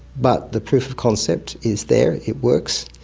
but the proof of concept is there, it works,